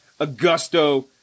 Augusto